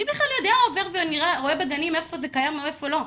מי בכלל יודע או עובר בגנים ויודע איפה זה קיים ואיפה לא?